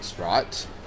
right